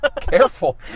Careful